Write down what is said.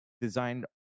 designed